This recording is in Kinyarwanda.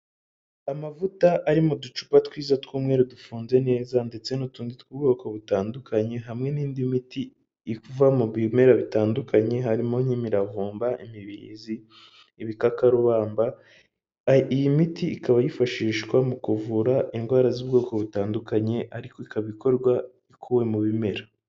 Amavuta ari mu ducupa twiza tw'umweru dufunze neza ndetse n'utundi tw'ubwoko butandukanye, hamwe n'indi miti iva mu bimera bitandukanye harimo nk'imiravumba, imibirizi, ibikakarubamba, iyi miti ikaba yifashishwa mu kuvura indwara z'ubwoko butandukanye ariko ikaba ikorwa ikuwe mu bimera.